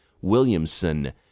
Williamson